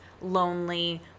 lonely